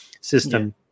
system